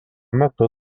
metu